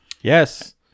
Yes